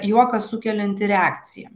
juoką sukelianti reakcija